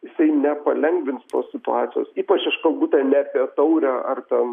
jisai nepalengvins tos situacijos ypač aš kalbu ten ne apie taurę ar ten